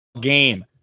game